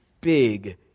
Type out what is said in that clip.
big